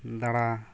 ᱫᱟᱬᱟ